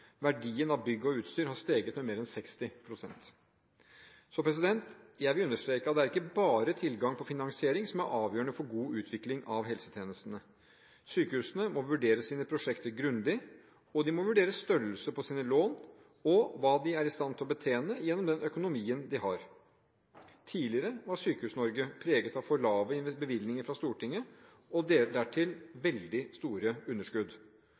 Verdien av bygg og utstyr har steget med mer enn 60 pst. Jeg vil understreke at det ikke bare er tilgang på finansiering som er avgjørende for god utvikling av helsetjenestene. Sykehusene må vurdere sine prosjekter grundig, og de må vurdere størrelsen på sine lån og hva de er i stand til å betjene gjennom den økonomien de har. Tidligere var Sykehus-Norge preget av for lave bevilgninger fra Stortinget og dertil veldig store underskudd.